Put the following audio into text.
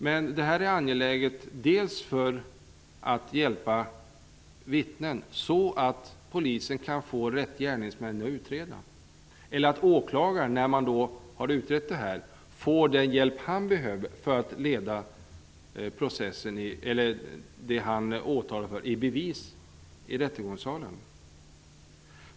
Men det är angeläget att hjälpa vittnen så att polisen kan få utrett vem som är rätt gärningsman. Det är också angeläget att åklagaren, när man har utrett vem som är gärningsman, får den hjälp som han behöver för att leda åtalet i bevis i rättegångssalen.